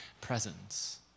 presence